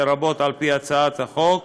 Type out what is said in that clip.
לרבות על פי הצעת החוק,